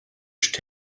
should